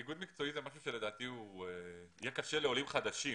איגוד מקצועי זה משהו שלדעתי יהיה קשה לעולים חדשים.